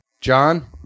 John